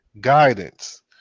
guidance